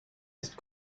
ist